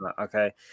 Okay